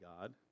God